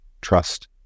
trust